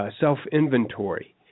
self-inventory